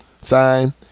Sign